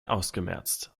ausgemerzt